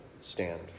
stand